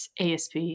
ASP